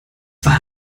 war